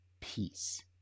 peace